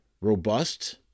robust